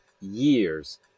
years